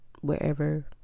wherever